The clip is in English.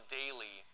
daily